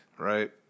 Right